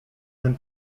ten